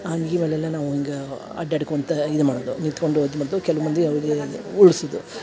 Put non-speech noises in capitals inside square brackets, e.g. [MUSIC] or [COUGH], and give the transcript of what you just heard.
ಅಂಗಿ ಮೇಲೆಲ್ಲ ನಾವು ಹಂಗಾ ಅಡ್ಯಾಡ್ಕೊಳ್ತಾ ಇದು ಮಾಡೋದು ನಿಂತ್ಕೊಂಡು ಇದು ಮಾಡ್ದು ಕೆಲ್ವು ಮಂದಿ [UNINTELLIGIBLE] ಉರ್ಳ್ಸೊದು